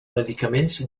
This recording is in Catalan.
medicaments